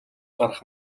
гарах